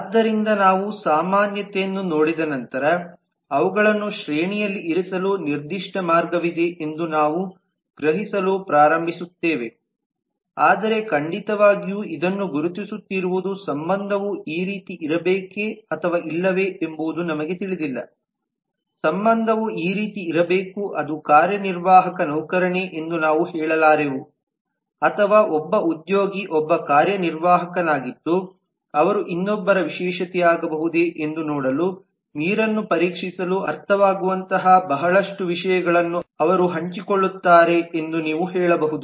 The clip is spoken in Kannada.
ಆದ್ದರಿಂದ ನಾವು ಸಾಮಾನ್ಯತೆಯನ್ನು ನೋಡಿದ ನಂತರ ಅವುಗಳನ್ನು ಶ್ರೇಣಿಯಲ್ಲಿ ಇರಿಸಲು ನಿರ್ದಿಷ್ಟ ಮಾರ್ಗವಿದೆ ಎಂದು ನಾವು ಗ್ರಹಿಸಲು ಪ್ರಾರಂಭಿಸುತ್ತೇವೆಆದರೆ ಖಂಡಿತವಾಗಿಯೂ ಇದನ್ನು ಗುರುತಿಸುತ್ತಿರುವುದು ಸಂಬಂಧವು ಈ ರೀತಿ ಇರಬೇಕೆ ಅಥವಾ ಇಲ್ಲವೇ ಎಂಬುದು ನಮಗೆ ತಿಳಿದಿಲ್ಲ ಸಂಬಂಧವು ಈ ರೀತಿ ಇರಬೇಕು ಅದು ಕಾರ್ಯನಿರ್ವಾಹಕ ನೌಕರನೇ ಎಂದು ನಾವು ಹೇಳಲಾರೆವು ಅಥವಾ ಒಬ್ಬ ಉದ್ಯೋಗಿ ಒಬ್ಬ ಕಾರ್ಯನಿರ್ವಾಹಕನಾಗಿದ್ದು ಅವರು ಇನ್ನೊಬ್ಬರ ವಿಶೇಷತೆಯಾಗಬಹುದೇ ಎಂದು ನೋಡಲು ನೀರನ್ನು ಪರೀಕ್ಷಿಸಲು ಅರ್ಥವಾಗುವಂತಹ ಬಹಳಷ್ಟು ವಿಷಯಗಳನ್ನು ಅವರು ಹಂಚಿಕೊಳ್ಳುತ್ತಾರೆ ಎಂದು ನೀವು ಹೇಳಬಹುದು